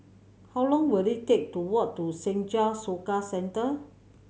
how long will it take to walk to Senja Soka Centre